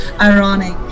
ironic